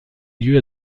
lieu